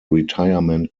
retirement